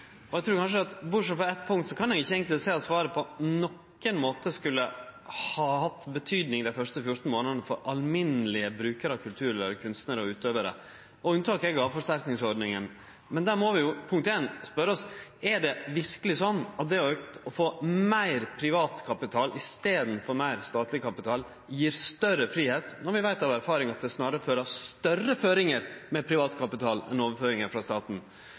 Og bortsett frå på eitt punkt kan eg ikkje sjå at svaret på nokon måte har hatt betyding dei første 14 månadene for alminnelege brukarar av kultur, kunstnarar eller utøvarar. Unntaket er gåveforsterkingsordninga. Men då må vi jo spørje oss sjølve: Er det verkeleg sånn at det å få meir privat kapital i staden for meir statleg kapital gjev større fridom, når vi veit av erfaring at det snarare følgjer større føringar med privat kapital enn med overføringar frå staten?